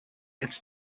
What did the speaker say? it’s